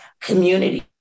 community